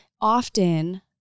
Often